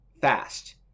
fast